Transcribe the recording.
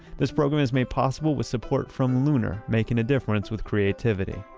this program is made possible with support from lunar, making a difference with creativity.